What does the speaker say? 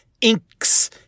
inks